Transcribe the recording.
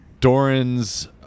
Doran's